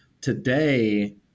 today